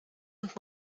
und